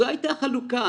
זו הייתה החלוקה.